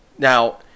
Now